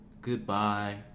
goodbye